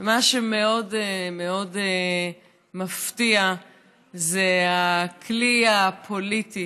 מה שמאוד מאוד מפתיע זה הכלי הפוליטי